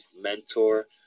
mentor